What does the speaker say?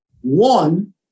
one